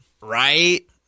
right